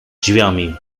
drzwiami